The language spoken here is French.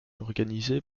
organisés